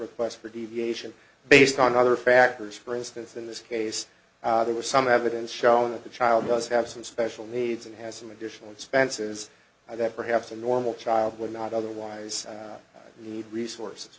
request for deviation based on other factors for instance in this case there was some evidence shown that the child does have some special needs and has some additional expenses that perhaps a normal child would not otherwise need resource